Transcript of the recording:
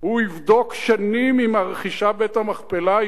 הוא יבדוק שנים אם רכישת בית-המכפלה היא